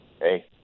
hey